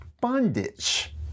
bondage